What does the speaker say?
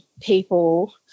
people